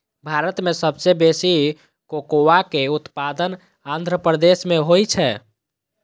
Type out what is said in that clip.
भारत मे सबसं बेसी कोकोआ के उत्पादन आंध्र प्रदेश मे होइ छै